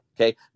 Okay